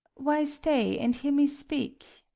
why, stay, and hear me speak.